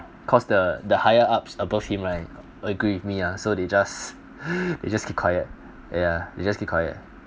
cause the the higher ups above him right agree with me ah so they just they just keep quiet ya they just keep quiet